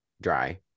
dry